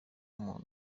umuntu